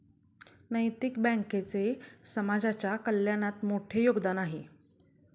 नैतिक बँकेचे समाजाच्या कल्याणात मोठे योगदान आहे